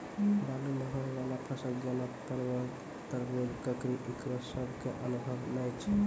बालू मे होय वाला फसल जैना परबल, तरबूज, ककड़ी ईकरो सब के अनुभव नेय छै?